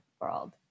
world